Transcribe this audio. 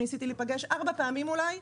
ארבע פעמים אולי,